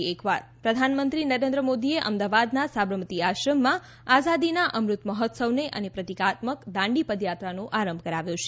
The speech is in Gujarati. આઝાદી અમૃત પ્રધાનમંત્રી નરેન્દ્ર મોદી આજે અમદાવાદના સાબરમતી આશ્રમમાં આઝાદીના અમૃત મહોત્સવનો અને પ્રતીકાત્મક દાંડી પદયાત્રાનો આરંભ કરાવ્યો છે